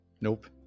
Nope